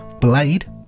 Blade